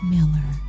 Miller